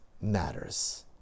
matters